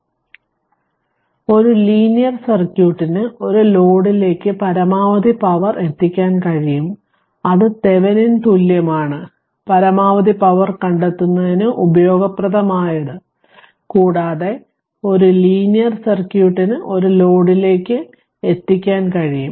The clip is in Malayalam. അതിനാൽ ഒരു ലീനിയർ സർക്യൂട്ടിന് ഒരു ലോഡ് ലേക്ക് പരമാവധി പവർ എത്തിക്കാൻ കഴിയും അത് തെവെനിൻ തുല്യമാണ് പരമാവധി പവർ കണ്ടെത്തുന്നതിന് ഉപയോഗപ്രദമായത് കൂടാതെ ഒരു ലീനിയർ സർക്യൂട്ടിന് ഒരു ലോഡിലേക്ക് എത്തിക്കാൻ കഴിയും